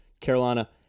Carolina